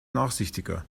nachsichtiger